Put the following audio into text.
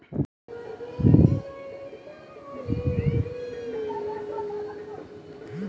plant लगाय मॅ सरकार नॅ भी होकरा सहायता करनॅ छै